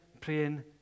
praying